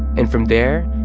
and from there,